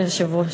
כבוד היושב-ראש,